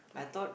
I thought